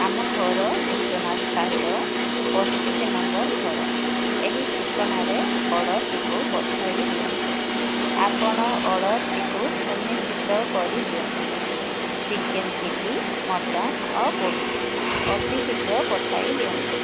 ଆମ ଘର ବିଶ୍ୱନାଥ ସାହିର ପଚିଶି ନମ୍ବର ଘର ଏହି ଠିକଣାରେ ଅର୍ଡ଼ର୍ଟିକୁ ପଠାଇଦିଅନ୍ତୁ ଆପଣ ଅର୍ଡ଼ର୍ଟିକୁ ସୁନିଶ୍ଚିତ କରିଦିଅନ୍ତୁ ଚିକେନ୍ ଚିଲି ମଟନ୍ ଓ ପୁଡ଼ିଂ ଅତି ଶୀଘ୍ର ପଠାଇଦିଅନ୍ତୁ